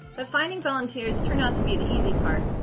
but finding volunteers turned out to be the easy part.